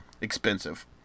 expensive